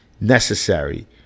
necessary